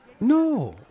No